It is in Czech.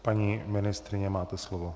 Paní ministryně, máte slovo.